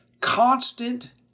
constant